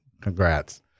congrats